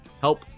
help